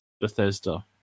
Bethesda